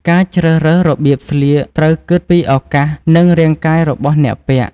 ការជ្រើសរើសរបៀបស្លៀកត្រូវគិតពីឱកាសនិងរាងកាយរបស់អ្នកពាក់។